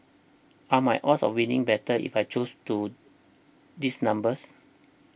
are my odds of winning better if I choose to these numbers